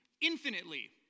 infinitely